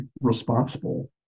responsible